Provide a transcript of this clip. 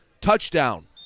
touchdown